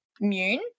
immune